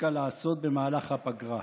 הספיקה לעשות במהלך הפגרה.